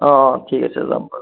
অঁ অঁ ঠিক আছে যাম বাৰু